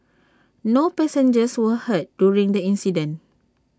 no passengers were hurt during the incident